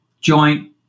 joint